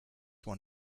one